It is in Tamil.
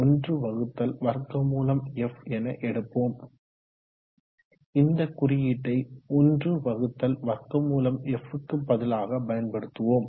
x 1√f என எடுப்போம் இந்த குறியீட்டை 1√ f க்கு பதிலாக பயன்படுத்துவோம்